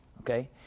okay